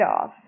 off